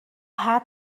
had